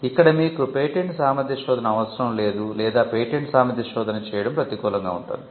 ఇక్కడ మీకు పేటెంట్ సామర్థ్య శోధన అవసరం లేదు లేదా పేటెంట్ సామర్థ్య శోధన చేయడం ప్రతికూలంగా ఉంటుంది